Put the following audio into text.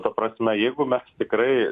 ta prasme jeigu mes tikrai